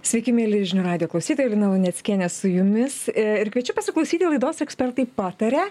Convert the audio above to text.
sveiki mieli žinių radijo klausytojai lina luneckienė su jumis ir kviečiu pasiklausyti laidos ekspertai pataria